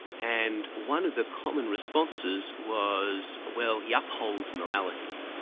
and one of the common responses was, well, he upholds morality.